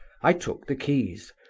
i took the keys,